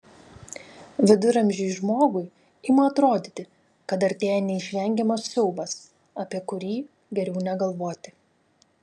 viduramžiui žmogui ima atrodyti kad artėja neišvengiamas siaubas apie kurį geriau negalvoti